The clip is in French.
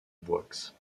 boixe